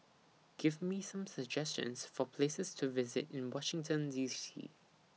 Give Me Some suggestions For Places to visit in Washington D C